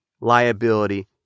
liability